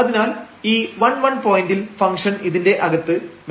അതിനാൽ ഈ 11 പോയന്റിൽ ഫംഗ്ഷൻ ഇതിന്റെ അകത്ത് മാക്സിമം എടുക്കുന്നു